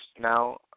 now